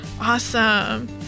awesome